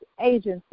agencies